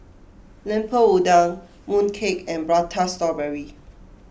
Lemper Udang Mooncake and Prata Strawberry